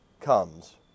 comes